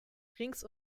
rings